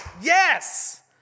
yes